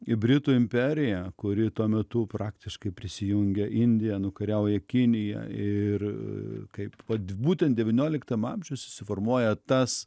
į britų imperiją kuri tuo metu praktiškai prisijungia indiją nukariauja kiniją ir kaip vat būtent devynioliktam amžiuj susiformuoja tas